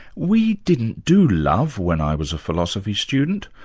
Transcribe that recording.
we didn't do love when i was a philosophy student,